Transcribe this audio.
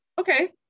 Okay